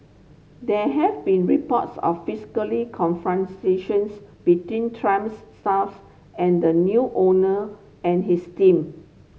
there have been reports of physically confrontations between Trumps staffs and the new owner and his team